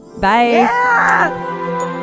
Bye